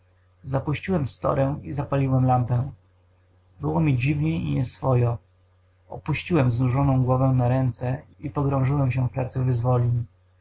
zapuściłem storę i zapaliłem lampę było mi dziwnie i nieswojo opuściłem znużoną głowę na ręce i pogrążyłem się w pracy wyzwolin